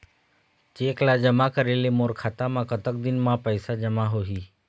Cheque ला जमा करे ले मोर खाता मा कतक दिन मा पैसा जमा होही?